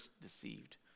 deceived